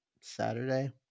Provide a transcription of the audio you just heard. Saturday